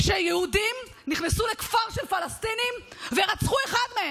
יהודים נכנסו לכפר של פלסטינים ורצחו אחד מהם.